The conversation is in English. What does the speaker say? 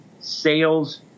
sales